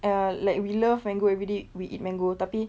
err like we love mango everyday we eat mango tapi